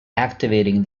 activating